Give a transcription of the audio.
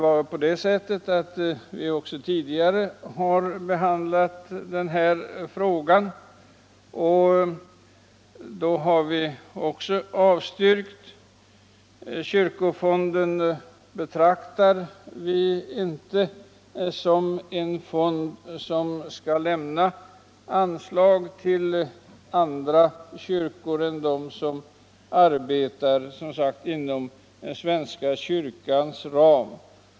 Vi har tidigare behandlat denna fråga i utskottet. Också då avstyrkte vi yrkandet. Kyrkofonden betraktar vi inte som en fond som skall lämna bidrag till andra kyrkor än dem som arbetar inom den svenska kyrkans ram.